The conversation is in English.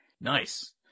Nice